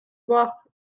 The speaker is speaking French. voir